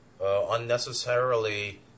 unnecessarily